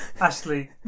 Ashley